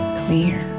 clear